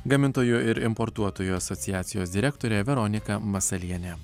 gamintojų ir importuotojų asociacijos direktorė veronika masalienė